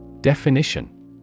Definition